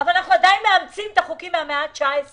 אבל אנחנו עדיין מאמצים את החוקים מן המאה ה-19.